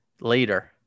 Later